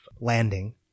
landing